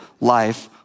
life